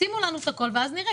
שימו לנו את הכול ואז נראה.